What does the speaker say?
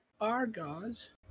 Argos